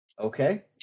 Okay